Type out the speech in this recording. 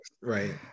Right